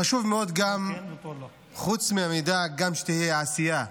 חשוב מאוד, חוץ מהמידע, שתהיה גם עשייה.